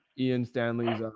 ian stanley's.